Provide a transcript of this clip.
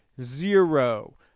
Zero